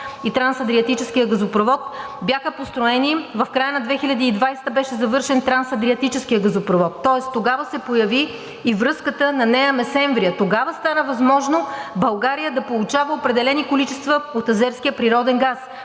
и Трансадриатическият газопровод, бяха построени, в края на 2020 г. беше завършен Трансадриатическият газопровод, тоест тогава се появи и връзката на Неа Месемврия. Тогава става възможно България да получава определени количества от азерския природен газ.